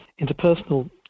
interpersonal